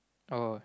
oh